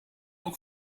ook